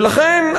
ולכן,